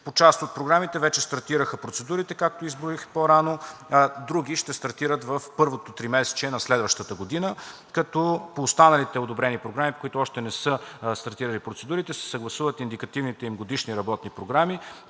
По част от програмите вече стартираха процедурите, както изброих по-рано. Други ще стартират в първото тримесечие на следващата година, като по останалите одобрени програми, които още на са стартирали процедурите, се съгласуват индикативните им годишни работни програми,